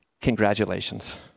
Congratulations